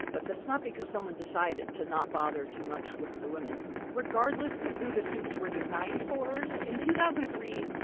but that's not because someone decided to not bother too much with the women regardless of who the suits were designed for, in two thousand and three,